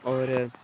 होर